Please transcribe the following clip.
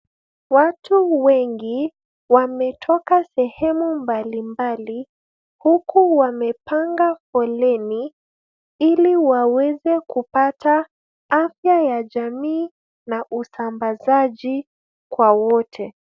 Watu wengi, wametoka sehemu mbalimbali, huku wamepanga foleni, ili waweze kupata afya ya jamii na usambazaji kwa wote.